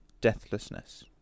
deathlessness